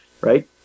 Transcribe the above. right